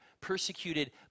persecuted